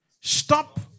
Stop